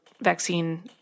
vaccine